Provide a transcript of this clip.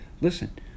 Listen